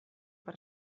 per